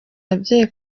ababyeyi